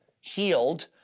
healed